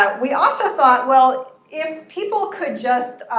ah we also thought, well, if people could just